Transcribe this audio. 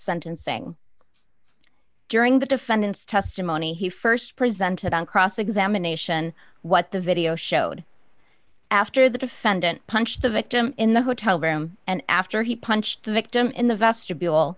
sentencing during the defendant's testimony he st presented on cross examination what the video showed after the defendant punched the victim in the hotel room and after he punched the victim in the vestibule